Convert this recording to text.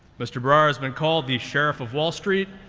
mr. bharara has been called the sheriff of wall street,